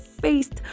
faced